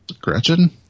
Gretchen